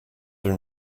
been